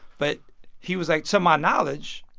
but he was like, to my knowledge,